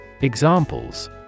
Examples